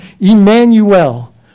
Emmanuel